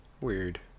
Weird